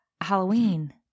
Halloween